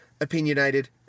opinionated